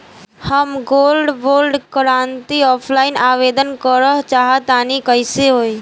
हम gold bond करंति offline आवेदन करल चाह तनि कइसे होई?